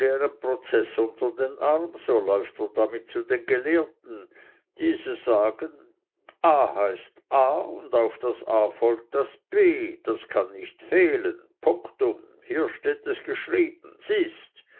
prozeß unter den arm so läuft er damit zu den gelehrten diese sagen a heißt a und auf das a folgt das b das kann nicht fehlen punktum hier steht es geschrieben siehst